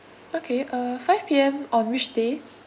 okay uh five P_M on which day